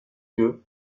yeux